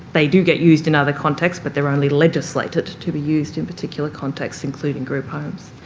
they do get used in other contexts but they're only legislated to be used in particular contexts, including group homes.